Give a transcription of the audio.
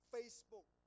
Facebook